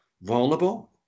vulnerable